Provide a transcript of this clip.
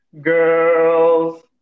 girls